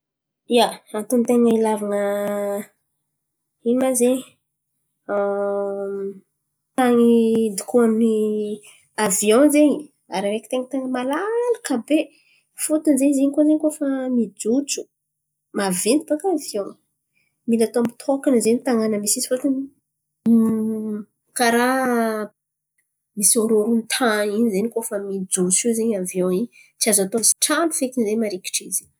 Ia, antony ten̈a ilàvan̈a ino ma zen̈y? Tany idokoan'ny aviòn zen̈y araiky ten̈a ten̈a malalaka be. Fôtony zen̈y izy in̈y koa zen̈y fa mijotso maventy baka aviòn. Mila atao mitôkan̈a zen̈y tan̈àna misy izy fôtony karà misy hôrohôron-tan̈y in̈y zen̈y koa fa mijotso iô zen̈y aviòn in̈y. Tsy azo atao misy tran̈o feky marikitry izy.